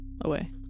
away